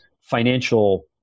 financial